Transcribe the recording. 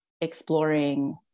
exploring